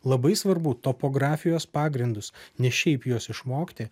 labai svarbu topografijos pagrindus ne šiaip juos išmokti